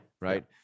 Right